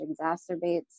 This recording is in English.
exacerbates